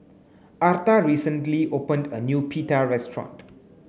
Arta recently opened a new Pita restaurant